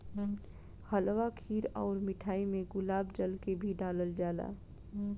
हलवा खीर अउर मिठाई में गुलाब जल के भी डलाल जाला